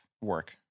work